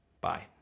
bye